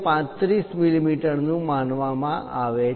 35 millimetre નું માનવામાં આવે છે